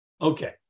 Okay